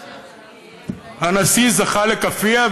שהנשיא זכה לכאפיה,